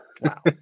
Wow